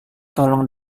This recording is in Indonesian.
tolong